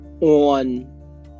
on